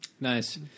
Nice